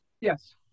Yes